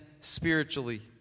spiritually